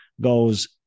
goes